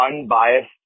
unbiased